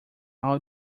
all